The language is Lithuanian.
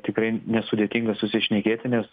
tikrai nesudėtinga susišnekėti nes